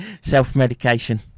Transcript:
self-medication